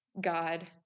God